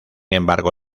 embargo